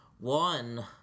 one